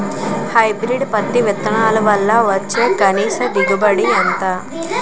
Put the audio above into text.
Hybrid పత్తి విత్తనాలు వల్ల వచ్చే కనీస దిగుబడి ఎంత?